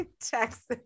Texas